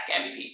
MVP